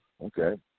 Okay